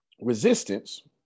resistance